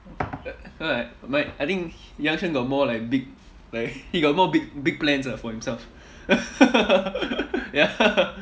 like like I think yang quan got more like big like he got more big big plans ah for himself ya